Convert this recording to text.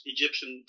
Egyptian